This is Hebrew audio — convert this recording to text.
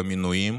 במינויים